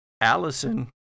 Allison